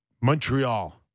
Montreal